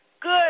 good